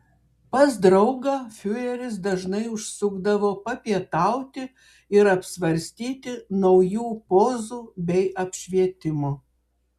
pas draugą fiureris dažnai užsukdavo papietauti ir apsvarstyti naujų pozų bei apšvietimo